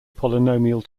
polynomial